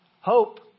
Hope